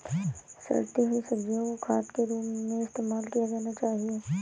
सड़ती हुई सब्जियां को खाद के रूप में इस्तेमाल किया जाना चाहिए